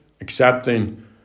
accepting